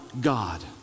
God